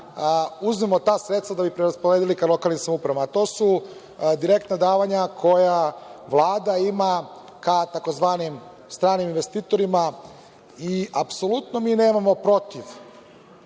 uzmemo ta sredstva da bi preraspodelili ka lokalnim samoupravama. To su direktna davanja koja Vlada ima ka tzv. stranim investitorima i apsolutno mi nemamo protiv